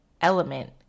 element